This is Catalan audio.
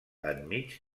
enmig